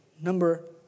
Number